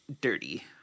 dirty